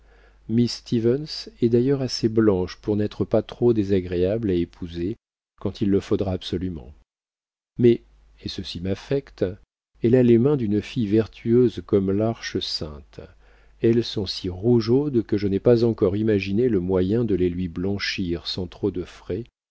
miss stevens est d'ailleurs assez blanche pour n'être pas trop désagréable à épouser quand il le faudra absolument mais et ceci m'affecte elle a les mains d'une fille vertueuse comme l'arche sainte elles sont si rougeaudes que je n'ai pas encore imaginé le moyen de les lui blanchir sans trop de frais